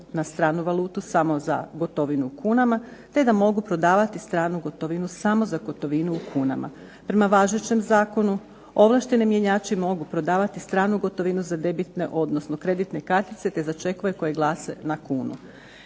na stranu valutu samo za gotovinu u kunama te da mogu prodavati stranu gotovinu samo za gotovinu u kunama. Prema važećem zakonu ovlašteni mjenjači mogu prodavati stranu gotovinu za debitne odnosno kreditne kartice te za čekove koji glase na kunu.